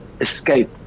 escape